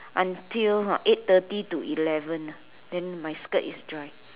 until eight thirty to eleven leh then my skirt is dry